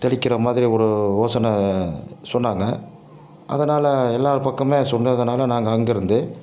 தெளிக்கிற மாதிரி ஒரு யோசனை சொன்னாங்க அதனால் எல்லா பக்கமே அதை சொன்னதுனால நாங்கள் அங்கே இருந்து